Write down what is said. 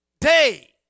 day